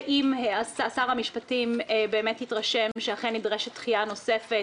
אם שר המשפטים באמת יתרשם שאכן נדרשת דחייה נוספת